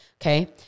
okay